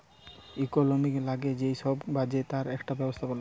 economics লাগে যেই সব কাজে তার একটা ব্যবস্থাপনা